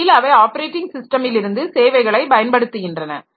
உண்மையில் அவை ஆப்பரேட்டிங் ஸிஸ்டமிலிருந்து சேவைகளை பயன்படுத்துகின்றன